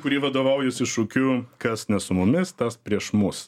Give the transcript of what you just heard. kuri vadovaujasi šūkiu kas ne su mumis tas prieš mus